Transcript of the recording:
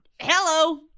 Hello